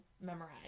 memorize